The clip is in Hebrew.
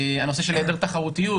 הנושא של היעדר תחרותיות.